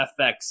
FX